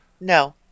no